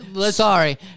Sorry